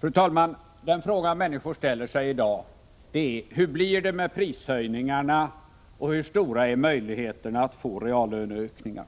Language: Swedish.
Fru talman! Den fråga som människor ställer sig i dag är: Hur blir det med prishöjningarna, och hur stora är möjligheterna att få reallöneökningar?